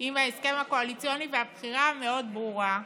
עם ההסכם הקואליציוני והבחירה המאוד-ברורה?